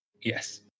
yes